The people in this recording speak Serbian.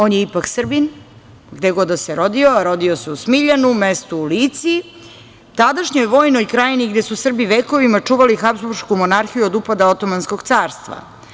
On je ipak Srbin, gde god da se rodio, a rodio se u Smiljanu, mesto u Lici, tadašnjoj vojnoj krajini gde su Srbi vekovima čuvali Habzburšku monarhiju od upada Otomanskog carstva.